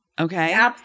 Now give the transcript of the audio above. Okay